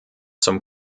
zum